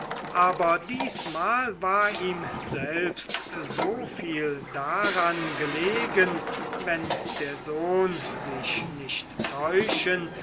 aber diesmal war ihm selbst so viel daran gelegen wenn der sohn sich nicht täuschen